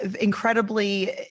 incredibly